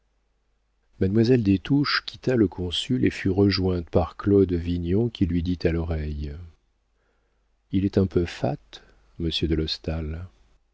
mademoiselle des touches quitta le consul et fut rejointe par claude vignon qui lui dit à l'oreille il est un peu fat monsieur de